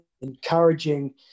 encouraging